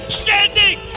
standing